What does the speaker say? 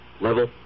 Level